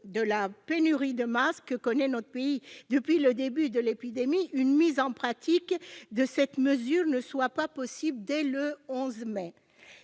de la pénurie de masques que connaît notre pays depuis le début de l'épidémie, une mise en pratique de cette mesure ne soit pas possible dès le 11 mai.